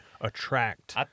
attract